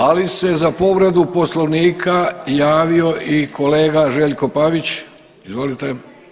Ali se za povredu Poslovnika javio i kolega Željko Pavić, izvolite.